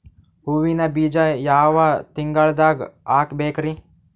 ಹೂವಿನ ಬೀಜ ಯಾವ ತಿಂಗಳ್ದಾಗ್ ಹಾಕ್ಬೇಕರಿ?